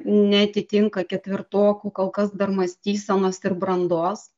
neatitinka ketvirtokų kol kas dar mąstysenos ir brandos